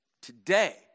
Today